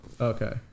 Okay